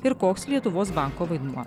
ir koks lietuvos banko vaidmuo